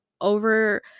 over